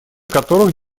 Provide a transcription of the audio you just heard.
которых